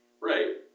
right